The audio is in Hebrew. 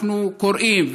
אנחנו קוראים,